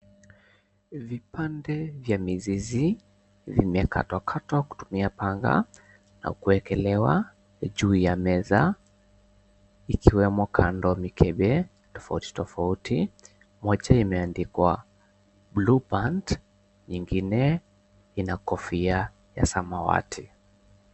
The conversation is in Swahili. Vipande vya mizizi vimekatwakatwa kutumia panga na kuwekelewa juu ya meza ikiwemo kando mikebe tofauti tofauti. Moja imeandikwa Blue Band. Nyingine Ina kofia ya samawati.